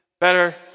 better